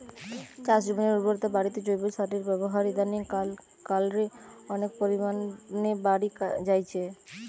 চাষজমিনের উর্বরতা বাড়িতে জৈব সারের ব্যাবহার ইদানিং কাল রে অনেক পরিমাণে বাড়ি জাইচে